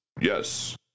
Yes